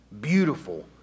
beautiful